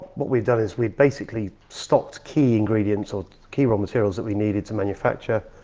what we've done is we've basically stocked key ingredients or key raw materials that we needed to manufacture.